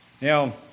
Now